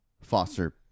foster